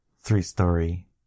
three-story